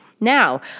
Now